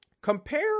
compare